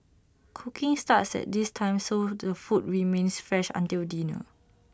cooking starts at this time so the food remains fresh until dinner